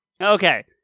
Okay